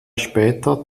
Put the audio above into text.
später